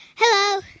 Hello